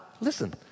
Listen